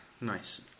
nice